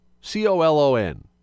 C-O-L-O-N